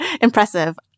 Impressive